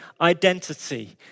Identity